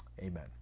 amen